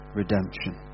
redemption